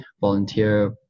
volunteer